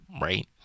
Right